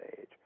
age